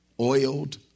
Oiled